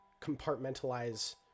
compartmentalize